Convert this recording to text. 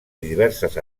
diverses